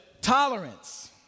Tolerance